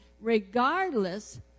regardless